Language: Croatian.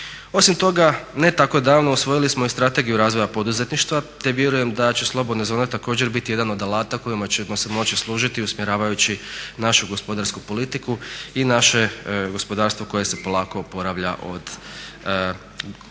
Osim toga ne tako davno usvojili smo i strategiju razvoja poduzetništva te vjerujem da će slobodne zone također biti jedan od alata kojima ćemo se moći služiti usmjeravajući našu gospodarsku politiku i naše gospodarstvo koje se polako oporavlja od gospodarske